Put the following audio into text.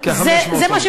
כ-500 עובדים.